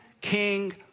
king